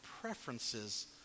preferences